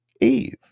Eve